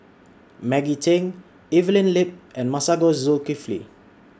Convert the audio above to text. Maggie Teng Evelyn Lip and Masagos Zulkifli